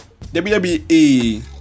WWE